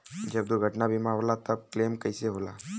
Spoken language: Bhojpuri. जब दुर्घटना बीमा होला त क्लेम कईसे होला?